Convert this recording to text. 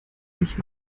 sich